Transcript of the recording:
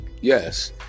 yes